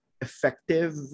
effective